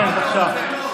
כן, בבקשה.